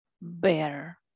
bear